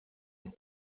und